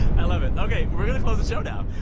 i love it. ok. we're going to close the show now.